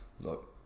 look